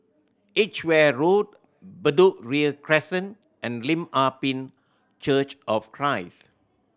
Edgware Road Bedok Ria Crescent and Lim Ah Pin Church of Christ